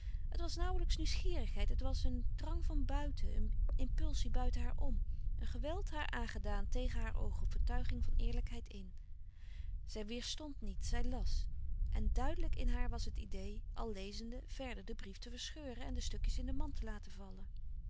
het was nauwlijks nieuwsgierigheid het was een drang van buiten een impulsie buiten haar om een geweld haar aangedaan tegen hare overtuiging van eerlijkheid in zij weêrstond niet zij las en duidelijk in haar was het idee al lezende verder den brief te verscheuren en de stukjes in de mand te laten vallen